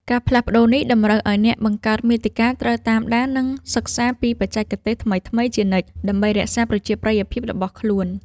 ការផ្លាស់ប្តូរនេះតម្រូវឱ្យអ្នកបង្កើតមាតិកាត្រូវតាមដាន និងសិក្សាពីបច្ចេកទេសថ្មីៗជានិច្ច ដើម្បីរក្សាប្រជាប្រិយភាពរបស់ខ្លួន។